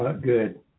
Good